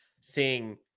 seeing